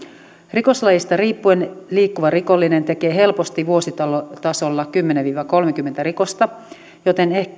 rikoslajista riippuen liikkuva rikollinen tekee helposti vuositasolla kymmenen viiva kolmekymmentä rikosta joten